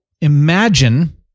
imagine